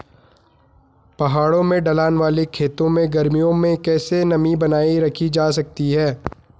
पहाड़ों में ढलान वाले खेतों में गर्मियों में कैसे नमी बनायी रखी जा सकती है?